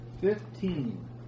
Fifteen